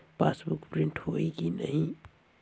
Passbook print होही कि नहीं?